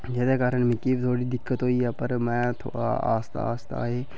जेह्दे कारण मिगी बी थोह्ड़ी दिक्कत होदीं पर में थोह्ड़ा आहि्स्तै आहि्स्तै